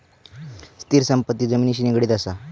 स्थिर संपत्ती जमिनिशी निगडीत असा